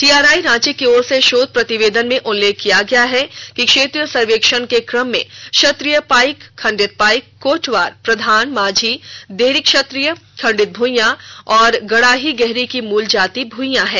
TRI Ranchi की ओर से शोध प्रतिवेदन में उल्लेख किया गया है कि क्षेत्रीय सर्वेक्षण के क्रम में क्षत्रीय पाईक खंडित पाईक कोटवार प्रधान मांझी देहरी क्षत्रीय खंडित भुईयां तथा गड़ाही गहरी की मूल जाति भुईयां है